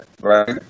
right